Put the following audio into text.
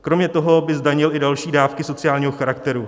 Kromě toho by zdanil i další dávky sociálního charakteru.